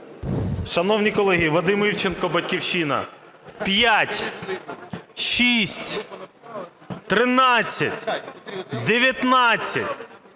Шановні колеги! Вадим Івченко, "Батьківщина". 5, 6, 13, 19,